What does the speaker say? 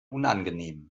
unangenehm